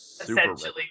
Essentially